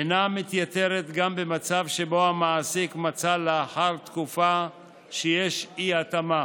אינה מתייתרת גם במצב שבו המעסיק מצא לאחר תקופה ארוכה שיש אי-התאמה